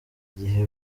igihe